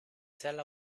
sella